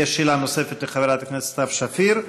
יש שאלה נוספת לחברת הכנסת סתיו שפיר,